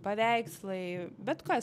paveikslai bet kas